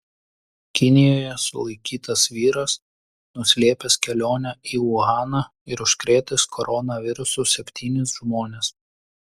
kinijoje sulaikytas vyras nuslėpęs kelionę į uhaną ir užkrėtęs koronavirusu septynis žmones